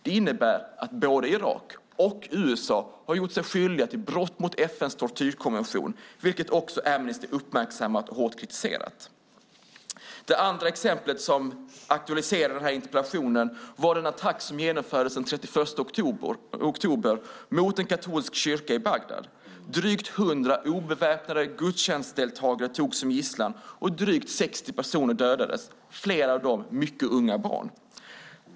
Det innebär att både Irak och USA har gjort sig skyldiga till brott mot FN:s tortyrkonvention, vilket också Amnesty uppmärksammat och hårt kritiserat. Det andra exemplet som aktualiserade interpellationen var den attack som genomfördes den 31 oktober mot en katolsk kyrka i Bagdad. Drygt 100 obeväpnade gudstjänstdeltagare togs som gisslan, och drygt 60 personer dödades, flera av dem barn.